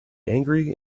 angry